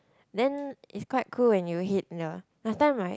then it's quite cool when you hit the last time my